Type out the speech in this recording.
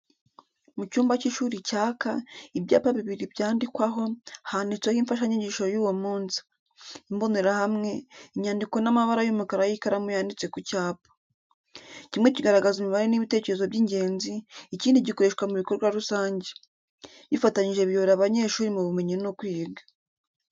Mu cyumba cy’ishuri cyaka, ibyapa bibiri byandikwaho, handitseho imfashanyigisho y'uwo munsi. Imbonerahamwe, inyandiko n’amabara y'umukara y'ikaramu yanditse ku cyapa. Kimwe kigaragaza imibare n’ibitekerezo by’ingenzi, ikindi gikoreshwa mu bikorwa rusange. Bifatanyije biyobora abanyeshuri mu bumenyi no kwiga.